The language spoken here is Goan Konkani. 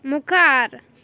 मुखार